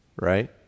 right